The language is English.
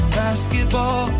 basketball